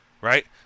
right